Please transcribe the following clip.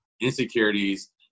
insecurities